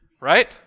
right